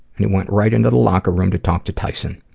and he went right into the locker room to talk to tyson.